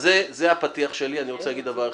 זה הפתיח שלי, אני רוצה להגיד דבר אחד.